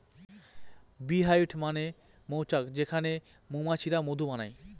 bee hive মানে মৌচাক যেখানে মৌমাছিরা মধু বানায়